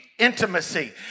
intimacy